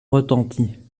retentit